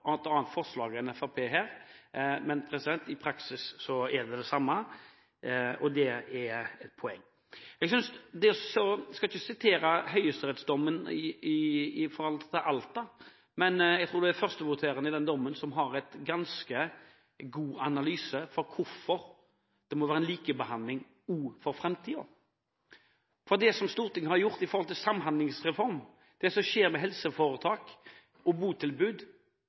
har et behov som er godkjent av kommunen. Det er det som gjør at Høyre har et annet forslag enn Fremskrittspartiet her. Men i praksis er det det samme. Det er et poeng. Jeg skal ikke sitere høyesterettsdommen fra Alta-saken, men jeg tror førstvoterende i den dommen har en ganske god analyse av hvorfor det må være likebehandling også for framtiden. Det Stortinget har gjort med hensyn til Samhandlingsreformen, det som skjer med helseforetak og botilbud,